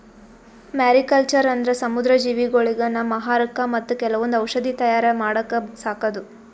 mariculture ಅಂದ್ರ ಸಮುದ್ರ ಜೀವಿಗೊಳಿಗ್ ನಮ್ಮ್ ಆಹಾರಕ್ಕಾ ಮತ್ತ್ ಕೆಲವೊಂದ್ ಔಷಧಿ ತಯಾರ್ ಮಾಡಕ್ಕ ಸಾಕದು